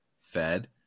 fed